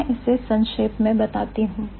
मैं इससे संक्षेप में बताती हूं